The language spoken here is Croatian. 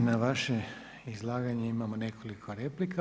I na vaše izlaganje imamo nekoliko replika.